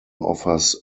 offers